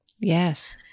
Yes